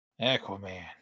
Aquaman